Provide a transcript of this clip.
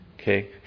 Okay